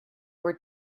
were